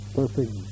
perfect